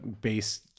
base